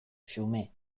xume